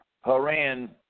Haran